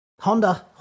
Honda